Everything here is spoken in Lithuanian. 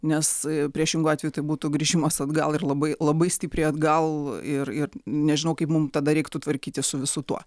nes priešingu atveju tai būtų grįžimas atgal ir labai labai stipriai atgal ir ir nežinau kaip mum tada reiktų tvarkytis su visu tuo